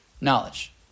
knowledge